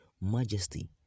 majesty